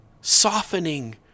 softening